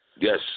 Yes